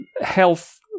health